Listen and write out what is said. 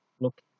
look